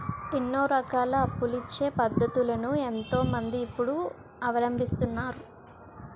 ఎన్నో రకాల అప్పులిచ్చే పద్ధతులను ఎంతో మంది ఇప్పుడు అవలంబిస్తున్నారు